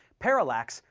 parallax,